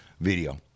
video